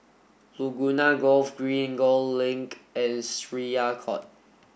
Laguna Golf Green Gul Link and Syariah Court